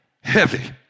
heavy